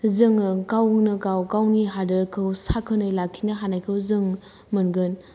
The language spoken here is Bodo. जोङो गावनो गाव गावनि हादोरखौ साखोनै लाखिनो हानायखौ जों मोनगोन